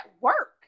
work